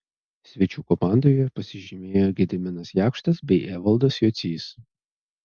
svečių komandoje pasižymėjo gediminas jakštas bei evaldas jocys